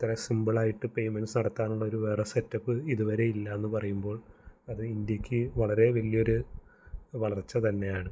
ഇത്ര സിമ്പിളായിട്ട് പേയ്മെൻറ്റ്സ് നടത്താനുള്ള വേറൊരു സെറ്റ് അപ്പ് ഇതുവരെയില്ലയെന്നു പറയുമ്പോൾ അത് ഇന്ത്യയ്ക്ക് വളരെ വലിയൊരു വളർച്ച തന്നെയാണ്